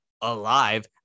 alive